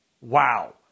Wow